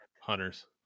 hunters